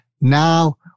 now